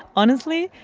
honestly,